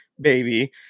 baby